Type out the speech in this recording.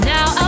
Now